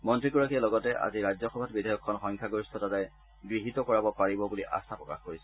মন্ত্ৰীগৰাকীয়ে লগতে আজি ৰাজ্যসভাত বিধেয়কখন সংখ্যাগৰিষ্ঠতাৰে গৃহীত কৰাব পাৰিব বুলি আস্থা প্ৰকাশ কৰিছে